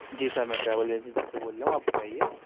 جی sir میں travel agency سے بول رہا ہوں آپ بتائیے